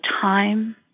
time